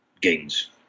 gains